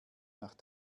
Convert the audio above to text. nach